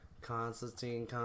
Constantine